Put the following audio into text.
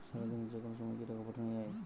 সারাদিনে যেকোনো সময় কি টাকা পাঠানো য়ায়?